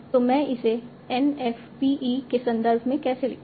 तो मैं इसे N f p e के संदर्भ में कैसे लिखूं